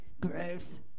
gross